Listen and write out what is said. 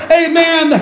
amen